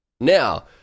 Now